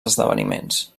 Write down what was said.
esdeveniments